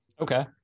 Okay